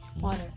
water